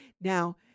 Now